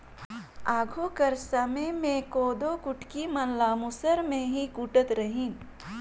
आघु कर समे मे कोदो कुटकी मन ल मूसर मे ही कूटत रहिन